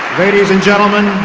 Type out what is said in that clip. ladies and gentleman,